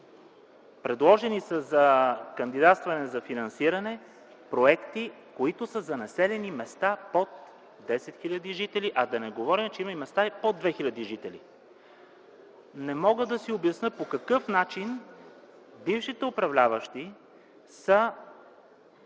предложени са за кандидатстване за финансиране проекти, които са за населени места под 10 хил. жители, а да не говорим, че има места и под 2 хил. жители. Не мога да си обясня по какъв начин бившите управляващи са